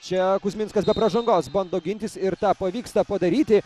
čia kuzminskas be pražangos bando gintis ir tą pavyksta padaryti